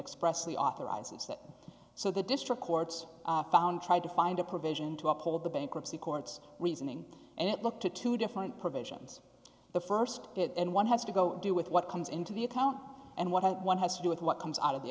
express the authorizes that so the district courts found try to find a provision to uphold the bankruptcy courts reasoning and it looked at two different provisions the st and one has to go do with what comes into the account and what one has to do with what comes out of the